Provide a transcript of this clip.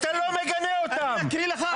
אתה לא מגנה אותם,